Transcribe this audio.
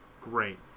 great